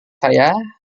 saya